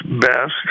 best